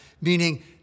meaning